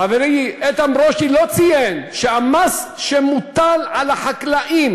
חברי איתן ברושי לא ציין שהמס שמוטל על החקלאים